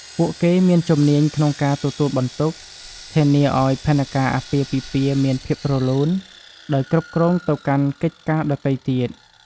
ពួកគេមានជំនាញក្នុងការទទួលបន្ទុក ធានាឲ្យផែនការអាពាហ៍ពិពាហ៍មានភាពរលូន ដោយគ្រប់គ្រងទៅកាន់កិច្ចការដទៃទៀត។